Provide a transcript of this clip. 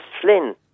Flynn